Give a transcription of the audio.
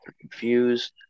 confused